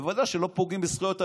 בוודאי כשלא פוגעים בזכויות האזרח,